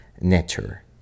nature